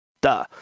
Duh